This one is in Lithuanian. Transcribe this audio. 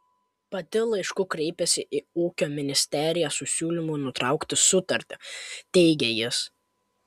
pati laišku kreipėsi į ūkio ministeriją su siūlymu nutraukti sutartį teigė jis